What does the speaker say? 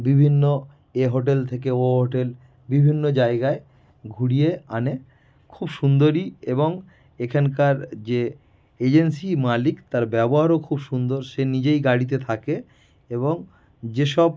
বিভিন্ন এ হোটেল থেকে ও হোটেল বিভিন্ন জায়গায় ঘুরিয়ে আনে খুব সুন্দরই এবং এখানকার যে এজেন্সি মালিক তার ব্যবহারও খুব সুন্দর সে নিজেই গাড়িতে থাকে এবং যেসব